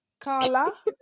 Carla